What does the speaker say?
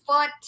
foot